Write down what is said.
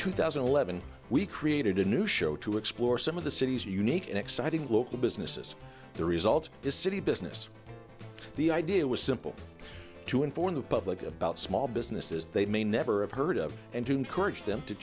two thousand and eleven we created a new show to explore some of the city's unique and exciting local businesses the result is city business the idea was simple to inform the public about small businesses they may never have heard of and to courage them to